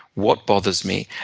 what bothers me.